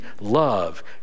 love